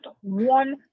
one